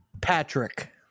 patrick